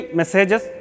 messages